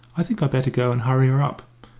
i think i'd better go and hurry her up.